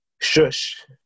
shush